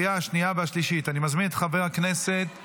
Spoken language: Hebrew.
(הטבות מכוח הסכם לפי סעיף 9 לחוק לטובת מי שאינו תושב),